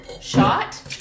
shot